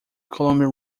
columbia